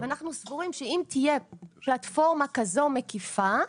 אנחנו סבורים שאם תהיה פלטפורמה כזאת מקיפה,